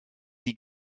die